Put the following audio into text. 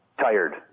tired